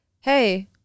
hey